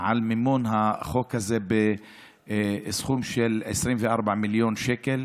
על מימון החוק הזה בסכום של 24 מיליון שקל,